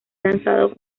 lanzado